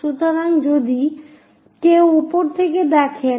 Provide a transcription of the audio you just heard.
সুতরাং যদি কেউ উপর থেকে দেখেন